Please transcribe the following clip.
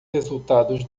resultados